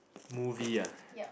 movie ah